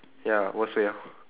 ya worst way ah